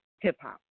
hip-hop